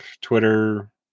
Twitter